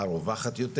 הרווחת יותר.